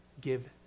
give